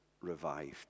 revived